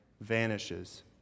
vanishes